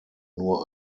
nur